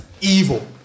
evil